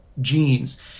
genes